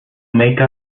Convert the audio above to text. make